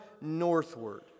northward